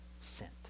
sent